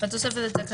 בפסקה (5),